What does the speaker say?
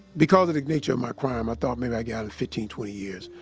because of the nature of my crime, i thought maybe i'd get out in fifteen, twenty years,